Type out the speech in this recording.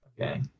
Okay